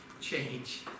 change